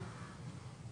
חברת הכנסת סטרוק,